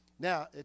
Now